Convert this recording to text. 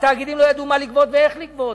התאגידים לא ידעו מה לגבות ואיך לגבות.